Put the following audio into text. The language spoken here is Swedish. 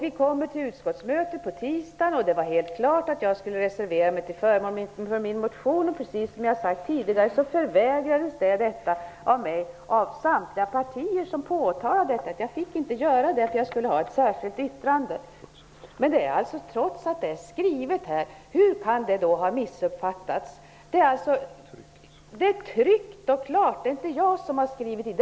Vi kom till utskottsmötet på tisdagen, och det var helt klart att jag skulle reservera mig till förmån för min motion. Precis som jag sagt tidigare så förvägrades jag detta av samtliga partier. Jag skulle i stället ha ett särskilt yttrande. Det var ju skrivet här! Hur kan det ha missuppfattats? Det har stått tryckt och klart. Det är inte jag som har skrivit det.